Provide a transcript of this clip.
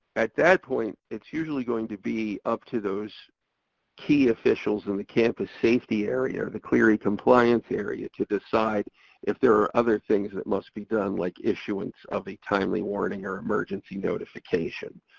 at that point it's usually going to be up to those key officials in the campus safety area, or the clery compliance area to decide if there are other things that must be done, like issuance of a timely warning or emergency notification.